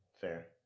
Fair